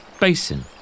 basin